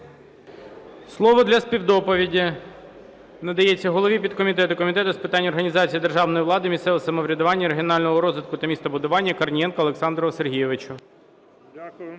Слово для співдоповіді надається голові підкомітету Комітету з питань організації державної влади, місцевого самоврядування, регіонального розвитку та містобудування Корнієнку Олександру Сергійовичу.